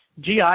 GI